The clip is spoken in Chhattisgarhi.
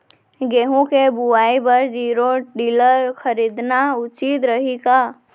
गेहूँ के बुवाई बर जीरो टिलर खरीदना उचित रही का?